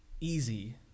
easy